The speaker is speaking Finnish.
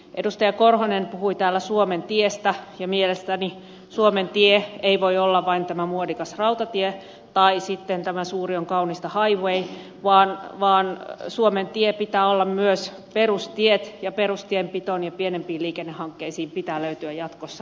martti korhonen puhui täällä suomen tiestä ja mielestäni suomen tie ei voi olla vain tämä muodikas rautatie tai sitten tämä suuri on kaunista highway vaan suomen tien pitää olla myös perustiet ja perustienpitoon ja pienempiin liikennehankkeisiin pitää löytyä jatkossa rahaa